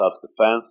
self-defense